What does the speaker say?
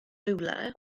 rhywle